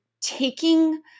taking